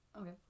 Okay